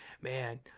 Man